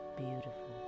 beautiful